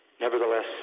Nevertheless